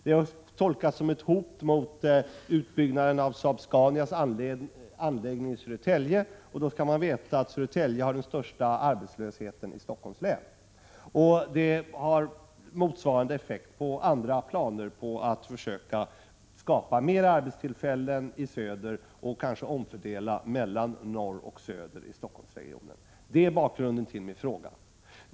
Det har också tolkats som ett hot mot utbyggnaden av Saab-Scanias anläggning i Södertälje — och då skall man veta att Södertälje har den största arbetslösheten i Stockholms län! Motsvarande effekt får detta på andra planer när det gäller att försöka skapa fler arbetstillfällen i söder och att kanske åstadkomma en omfördelning mellan norr och söder i Stockholmsregionen. Det är bakgrunden till min fråga.